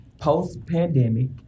post-pandemic